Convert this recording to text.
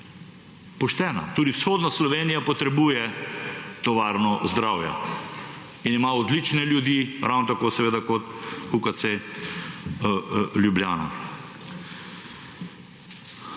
Tudi vzhodna Slovenija potrebuje tovarno zdravja in ima odlične ljudi, ravno tako seveda kot UKC Ljubljana.